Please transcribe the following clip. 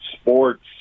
sports